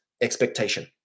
expectation